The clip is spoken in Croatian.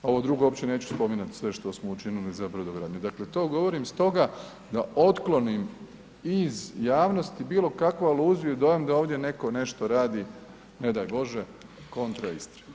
Ovo drugo uopće neću spominjati sve što smo učinili za brodogradnju, dakle, to govorim stoga da otklonim iz javnosti bilo kakvu aluziju i dojam da ovdje netko nešto radi, ne daj Bože, kontra Istre.